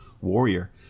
warrior